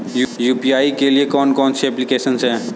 UPI के लिए कौन कौन सी एप्लिकेशन हैं?